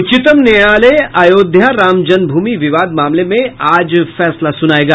उच्चतम न्यायालय अयोध्या रामजन्म भूमि विवाद मामले में आज सुबह फैसला सुनाएगा